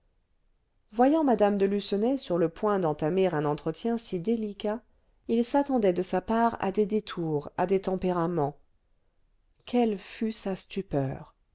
voyant mme de lucenay sur le point d'entamer un entretien si délicat il s'attendait de sa part à des détours à des tempéraments quelle fut sa stupeur